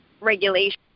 regulation